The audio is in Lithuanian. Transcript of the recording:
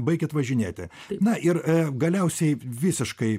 baikit važinėti na ir galiausiai visiškai